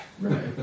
Right